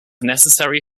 necessary